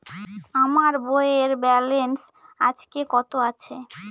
আমার বইয়ের ব্যালেন্স আজকে কত আছে?